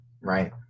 right